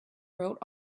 wrote